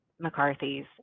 McCarthy's